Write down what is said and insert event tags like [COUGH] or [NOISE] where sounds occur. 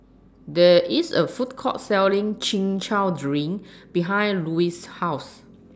[NOISE] There IS A Food Court Selling Chin Chow Drink [NOISE] behind Louise's House